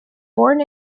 born